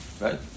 Right